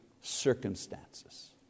circumstances